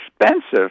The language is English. expensive